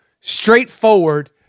straightforward